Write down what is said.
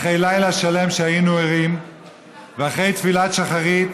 אחרי לילה שלם שהיינו ערים ואחרי תפילת שחרית